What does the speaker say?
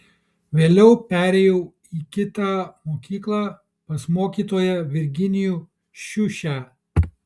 vėliau perėjau į kitą mokyklą pas mokytoją virginijų šiušę